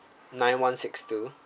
nine one six two